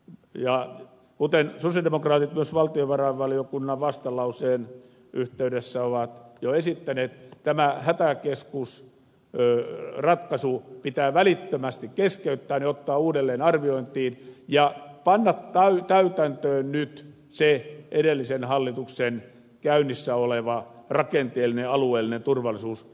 ja kuten sosialidemokraatit myös valtiovarainvaliokunnan vastalauseen yhteydessä ovat jo esittäneet tämä hätäkeskusratkaisu pitää välittömästi keskeyttää ottaa uudelleen arviointiin ja panna täytäntöön nyt se edellisen hallituksen käynnissä oleva rakenteellinen ja alueellinen turvallisuusjärjestely